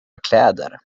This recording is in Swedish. kläder